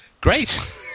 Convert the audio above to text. great